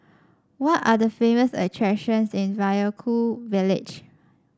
what are the famous attractions in Vaiaku village